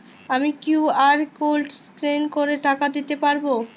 আমি QR code scan করে টাকা দিতে পারবো?